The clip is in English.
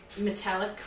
metallic